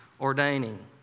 ordaining